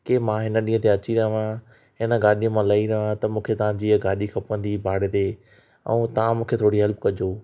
की मां हिन ॾींहु ते अची रहियो आहियां हिन ॻाडी मां लई रहियो आहिया त मूंखे तव्हांजी हीअ ॻाडी खपंदी भाड़े ते ऐं तव्हां मूंखे थोरी हेल्प कजो